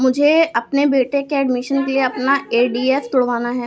मुझे अपने बेटे के एडमिशन के लिए अपना एफ.डी तुड़वाना पड़ा